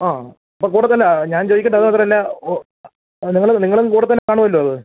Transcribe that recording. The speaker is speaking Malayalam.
ആ അപ്പോൾ കൂടെ തന്നെ ഞാൻ ചോദിക്കട്ടെ അതുമാത്രമല്ല ഓ നിങ്ങളും നിങ്ങളും കൂടെ തന്നെ കാണുമല്ലോ അത്